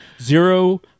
Zero